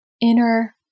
inner